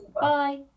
Bye